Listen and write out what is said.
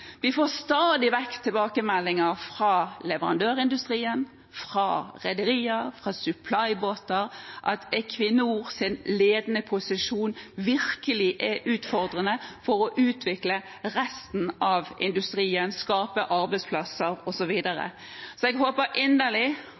Vi får stadig vekk tilbakemeldinger fra leverandørindustrien, fra rederier og fra supply-båter om at Equinors ledende posisjon virkelig er utfordrende for å utvikle resten av industrien, skape arbeidsplasser osv. Jeg håper inderlig